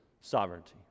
sovereignty